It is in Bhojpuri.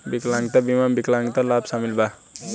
विकलांगता बीमा में विकलांगता लाभ शामिल बा